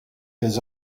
his